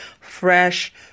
fresh